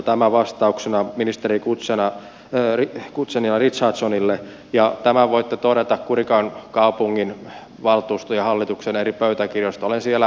tämä vastauksena ministeri guzenina richardsonille ja tämän voitte todeta kurikan kaupunginvaltuuston ja hallituksen eri pöytäkirjoista olen siellä valtuutettuna